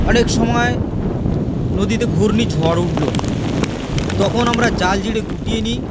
অনেক সময় নদীতে ঘূর্ণিঝড় উঠলো তখন আমরা জাল যদি গুটিয়ে নিই